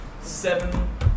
seven